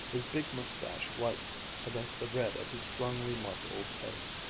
his big mustache white against the red of his strongly marked old face.